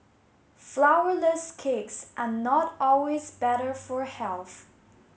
flourless cakes are not always better for health